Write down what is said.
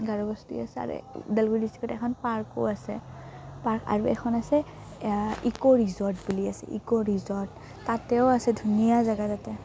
গাৰ'বস্তী আছে ওদালগুৰি ডিষ্ট্ৰিক্টত এখন পাৰ্কো আছে পাৰ্ক আৰু এখন আছে ইক' ৰিজৰ্ট বুলি আছে ইক' ৰিজৰ্ট তাতেও আছে ধুনীয়া জেগা তাতে